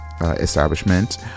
establishment